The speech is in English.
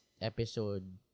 episode